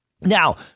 Now